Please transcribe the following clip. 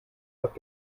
hat